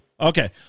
Okay